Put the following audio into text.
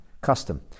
custom